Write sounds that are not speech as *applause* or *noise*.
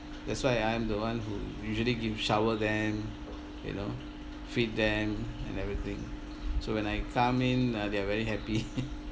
that's why I'm the one who usually give shower them you know feed them and everything so when I come in uh they are very happy *laughs*